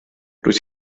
rwyt